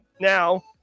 now